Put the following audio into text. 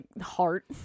heart